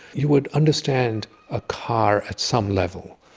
you would understand a car at some level,